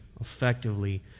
effectively